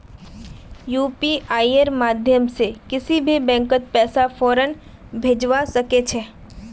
यूपीआईर माध्यम से किसी भी बैंकत पैसा फौरन भेजवा सके छे